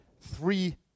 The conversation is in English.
three